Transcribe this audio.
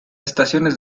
estaciones